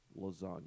lasagna